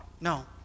no